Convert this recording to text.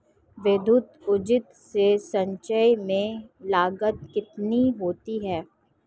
विद्युत ऊर्जा से सिंचाई में लागत कितनी होती है?